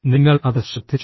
നിങ്ങൾ അത് ശ്രദ്ധിച്ചോ